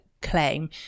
claim